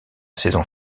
saison